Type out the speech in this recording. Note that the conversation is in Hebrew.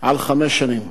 על חמש שנים.